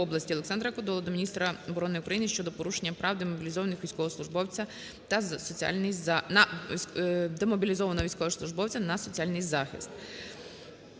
Дякую.